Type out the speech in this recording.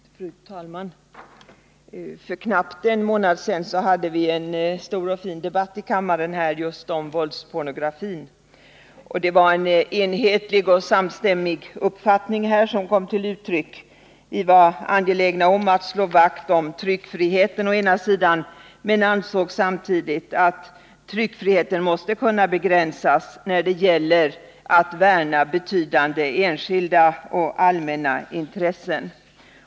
Fru talman! För knappt en månad sedan hade vi en stor och fin debatt här i kammaren just om våldspornografi. Det var en enhällig och samstämmig uppfattning som kom till uttryck. Vi var angelägna om att slå vakt om tryckfriheten men ansåg samtidigt att tryckfriheten måste kunna begränsas när det gäller att värna betydande enskilda och allmänna intressen.